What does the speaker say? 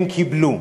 הם קיבלו.